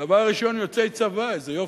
דבר ראשון: יוצאי צבא, איזה יופי.